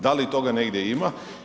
Da li toga negdje ima?